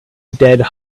dead